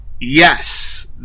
Yes